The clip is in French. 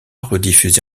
rediffusée